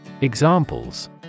Examples